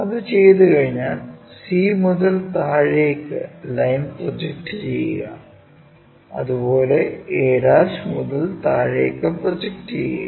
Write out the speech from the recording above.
അത് ചെയ്തുകഴിഞ്ഞാൽ c മുതൽ താഴേക്ക് ലൈൻ പ്രോജക്റ്റ് ചെയ്യുക അതുപോലെ a' മുതൽ താഴേക്ക് പ്രോജക്റ്റ് ചെയ്യുക